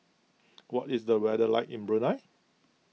what is the weather like in Brunei